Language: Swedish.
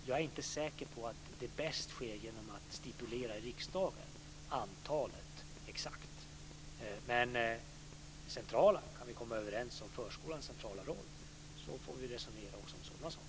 Jag är inte säker på att det bäst sker genom att i riksdagen exakt stipulera antalet barn, men om vi kan komma överens om förskolans centrala roll så får vi resonera också om sådana saker.